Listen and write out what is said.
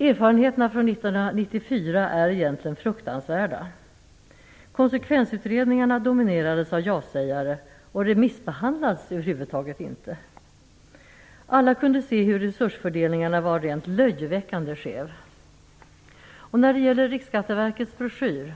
Erfarenheterna från 1994 är egentligen fruktansvärda. Konsekvensutredningarna dominerades av jasägare och remissbehandlades över huvud taget inte. Alla kunde se hur resursfördelningen var rent löjeväckande skev. När det gäller Riksskatteverkets broschyr